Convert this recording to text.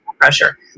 pressure